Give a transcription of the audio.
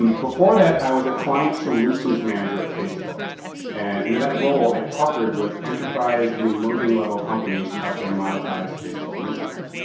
and before that i was a client solutions manager at facebook and and in that role i partnered with enterprise and emerging level companies to help them monetize facebook and instagram.